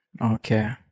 Okay